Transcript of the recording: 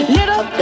Little